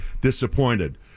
disappointed